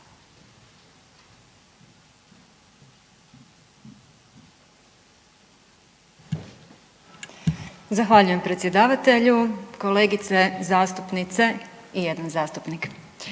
Zahvaljujem predsjedavatelju. Kolegice zastupnice i jedan zastupnik.